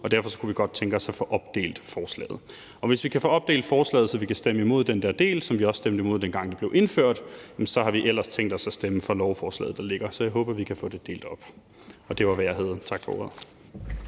og derfor kunne vi godt tænke os at få opdelt forslaget. Hvis vi kan få opdelt forslaget, så vi kan stemme imod den del, som vi også stemte imod, dengang det blev indført, så har vi tænkt os at stemme for lovforslaget, der ligger. Så jeg håber, at vi kan få det delt op. Det var, hvad jeg havde. Tak for ordet.